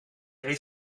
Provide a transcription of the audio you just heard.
eet